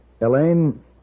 Elaine